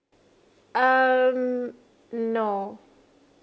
um no